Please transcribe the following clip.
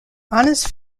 honors